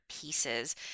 pieces